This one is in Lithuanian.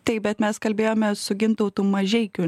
taip bet mes kalbėjome su gintautu mažeikiu